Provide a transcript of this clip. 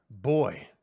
boy